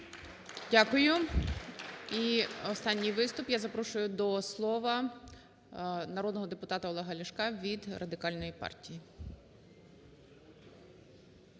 Дякую. І останній виступ, я запрошую до слова народного депутата Олега Ляшка від Радикальної партії.